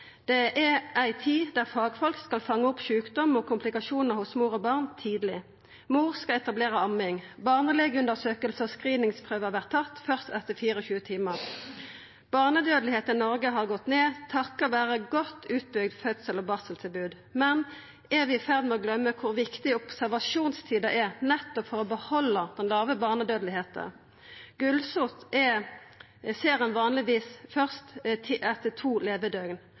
Det er ei tid da fagfolk skal fanga opp sjukdom og komplikasjonar hos mor og barn tidleg. Mor skal etablera amming. Barnelegeundersøking og screeningprøver vert tatt først etter 24 timar. Barnedødelegheita i Noreg har gått ned takk vere eit godt utbygd fødsel- og barseltilbod, men er vi i ferd med å gløyma kor viktig observasjonstida er for nettopp å behalda den låge barnedødelegheita? Gulsott ser ein vanlegvis først etter to levedøgn.